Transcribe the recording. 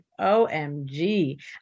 OMG